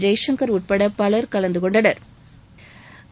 ஜெய்சங்கள் உட்பட பலர் கலந்து கொண்டனா்